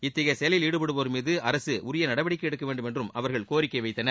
இத்தகைய செயலில் ஈடுபடுவோர் மீது அரசு உரிய நடவடிக்கை எடுக்க வேண்டும் என்று அவர்கள் கோரிக்கை வைத்தனர்